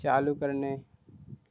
चालू करणे